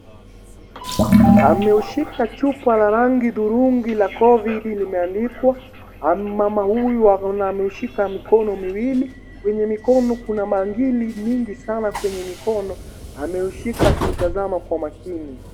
Ameushika chupa la rangi dhurungi la Covid limeandikwa. Mama huyu ameshika mikono miwili. Kwenye mikono kuna bangili mingi sana kwenye mikono. Ameushika akiutazama kwa makini.